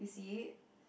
you see it